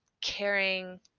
caring